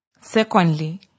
Secondly